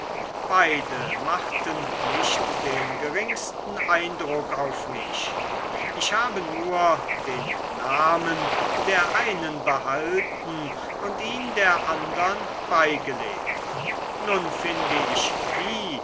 beide machten nicht den geringsten eindruck auf mich ich habe nur den namen der einen behalten und ihn der andern beigelegt nun finde ich die